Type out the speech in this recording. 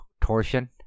torsion